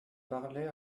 parlais